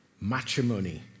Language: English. matrimony